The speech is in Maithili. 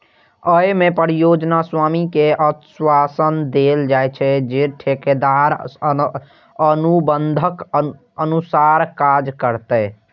अय मे परियोजना स्वामी कें आश्वासन देल जाइ छै, जे ठेकेदार अनुबंधक अनुसार काज करतै